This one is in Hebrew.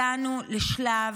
הגענו לשלב